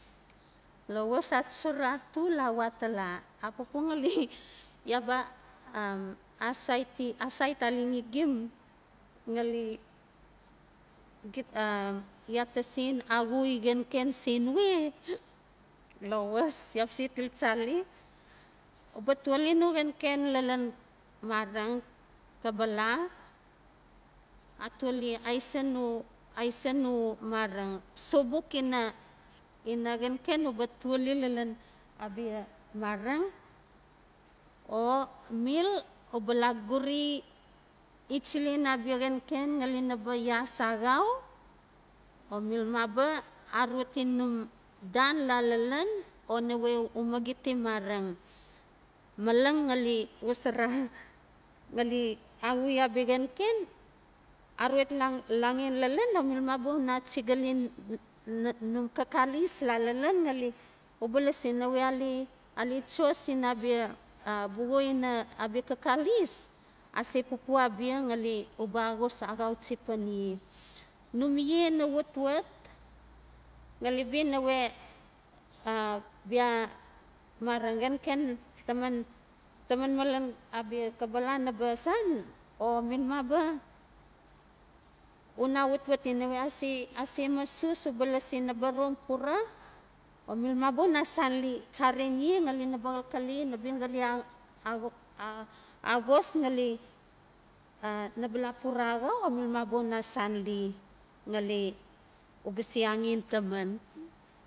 Lawas, atsura atul a watala, a pupua ngali iaa ba asaiti - asait alengi gim ngali gita iaa ta sen axui xenken sen we? Lawas iaa ba se til tsali, uba tuoli no xenken lan marang kapala atuoli aisu no - aisa no marang sobuk ina xenken uba tuoli lalon abia marang, o mil u ba guraiei itsilen abia xenken ngali naba ias axau. O mil maba arutli num dan la lalon o nawe u magitim marang malang ngli xosara ngali axau abia xenken, arut langen lalon milmaba una atsigali num kakalis la lalon ngali uba lasi nawe a le a le tso sin abia buxu ina abia Kakalis, ase pupua abia ngali uba axos axautsi papa ie. Num le na watwat. Ngali bia nawe bia mara xenken taman ta manman lan abia kabala naba san o mil maba, una awatwati nawe ase-ase masos uba lasi naba rom pura, o milmaba una sali tsaren ie ngali naba xalkale ngali axos ngali a naba la pura axau o milamaba una sali. Ngali uba angen taman.